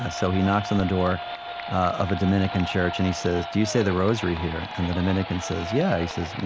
ah so he knocks on the door of a dominican church, and he says, do you say the rosary here? and the dominican says, yeah. he says, you